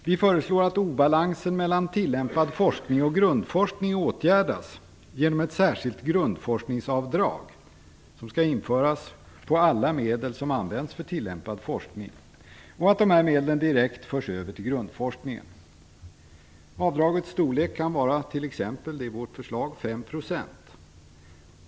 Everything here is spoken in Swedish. Vi föreslår att obalansen mellan tillämpad forskning och grundforskning åtgärdas genom ett särskilt grundforskningsavdrag som skall införas på alla medel som används för tillämpad forskning. Dessa medel skall föras över direkt till grundforskningen. Avdragets storlek kan vara t.ex. 5 %- det är vårt förslag.